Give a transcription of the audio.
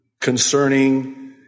concerning